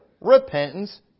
repentance